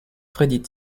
freddie